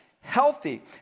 healthy